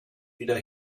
wieder